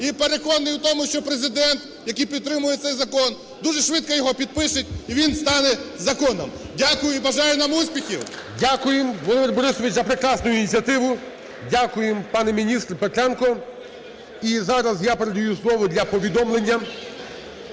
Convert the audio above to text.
І переконливий в тому, що Президент, який підтримує цей закон, дуже швидко його підпишить, і він стане законом. Дякую. І бажаю нам успіхів. ГОЛОВУЮЧИЙ. Дякуємо Володимир Борисович за прекрасну ініціативу. Дякуємо, пане міністр Петренко. І зараз я передаю слово для повідомлення